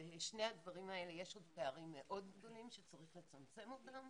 בשני הדברים האלה יש עוד פערים מאוד גדולים שצריך לצמצם אותם